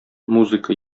музыка